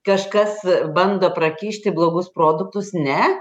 kažkas bando prakišti blogus produktus ne